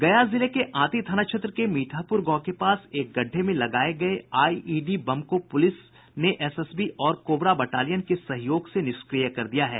गया जिले के आंती थाना क्षेत्र के मीठापुर गांव के पास एक गड्ढ़े में लगाये गये आईईडी बम को पुलिस ने एसएसबी और कोबरा बटालियन के सहयोग से निष्क्रिय कर दिया है